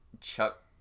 Chuck